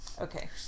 Okay